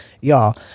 y'all